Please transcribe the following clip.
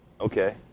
Okay